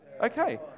Okay